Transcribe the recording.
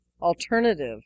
alternative